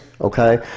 Okay